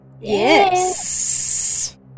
Yes